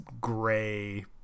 gray